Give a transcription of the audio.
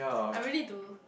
I really do